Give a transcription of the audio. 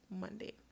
Monday